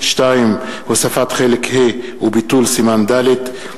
2. הוספת חלק ה' וביטול סימן ד';